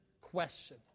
question